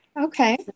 okay